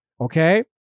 Okay